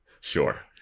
Sure